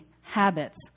habits